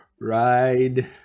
Ride